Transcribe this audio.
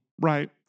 Right